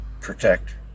protect